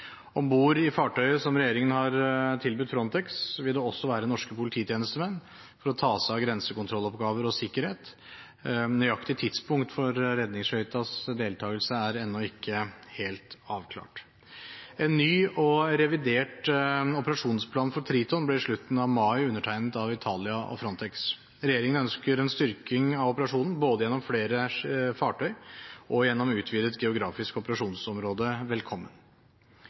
Om bord i fartøyet som regjeringen har tilbudt Frontex, vil det også være norske polititjenestemenn for å ta seg av grensekontrolloppgaver og sikkerhet. Nøyaktig tidspunkt for redningsskøytas deltagelse er ennå ikke helt avklart. En ny og revidert operasjonsplan for Triton ble i slutten av mai undertegnet av Italia og Frontex. Regjeringen ønsker en styrking av operasjonen både gjennom flere fartøy og gjennom utvidet geografisk operasjonsområde velkommen.